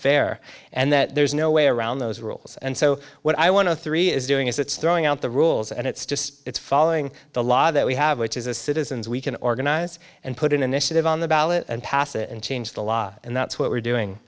fair and that there's no way around those rules and so what i want to three is doing is it's throwing out the rules and it's just it's following the law that we have which is a citizens we can organize and put an initiative on the ballot and pass it and change the law and that's what we're doing